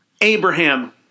Abraham